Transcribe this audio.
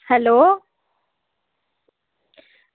hello